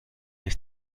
ist